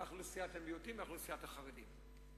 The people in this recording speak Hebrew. אוכלוסיית המיעוטים ואוכלוסיית החרדים.